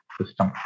system